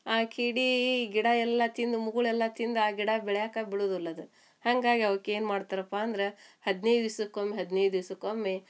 ಆ ಕೀಡೆ ಗಿಡಯೆಲ್ಲ ತಿಂದು ಮುಗುಳೆಲ್ಲ ತಿಂದು ಆ ಗಿಡ ಬೆಳ್ಯಕ್ಕೇ ಬಿಡೂದಿಲ್ಲ ಅದು ಹಂಗಾಗಿ ಅವ್ಕೆ ಏನು ಮಾಡ್ತಾರಪ್ಪ ಅಂದ್ರೆ ಹದಿನೈದು ದಿವ್ಸಕ್ಕೊಮ್ಮೆ ಹದಿನೈದು ದಿವ್ಸಕ್ಕೊಮ್ಮೆ